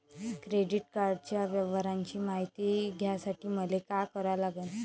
Credit कार्डाच्या व्यवहाराची मायती घ्यासाठी मले का करा लागन?